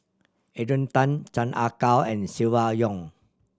Adrian Tan Chan Ah Kow and Silvia Yong